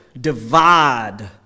divide